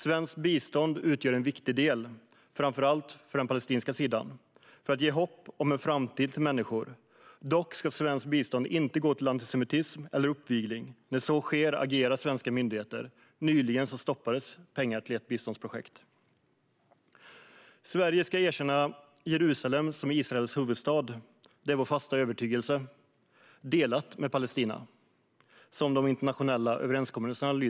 Svenskt bistånd utgör en viktig del för att ge människor hopp om en framtid, framför allt för den palestinska sidan. Dock ska svenskt bistånd inte gå till antisemitism eller uppvigling. När så sker agerar svenska myndigheter - nyligen stoppades pengar till ett biståndsprojekt. Det är vår fasta övertygelse att Sverige ska erkänna Jerusalem som Israels huvudstad, delad med Palestina. Så säger även de internationella överenskommelserna.